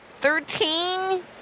Thirteen